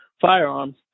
firearms